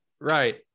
Right